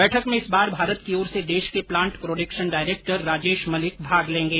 बैठक में इस बार भारत की ओर से देश के plant production director Rajesh Malik भाग लेंगे